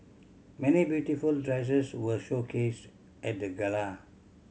many beautiful dresses were showcased at the gala